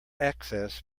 access